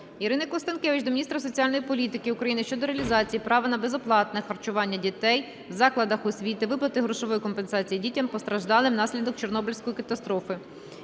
Ірини Констанкевич до міністра соціальної політики України щодо реалізації права на безоплатне харчування дітей в закладах освіти, виплати грошової компенсації дітям, постраждалим внаслідок Чорнобильської катастрофи.